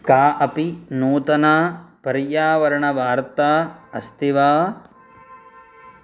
का अपि नूतना पर्यावरणवार्ता अस्ति वा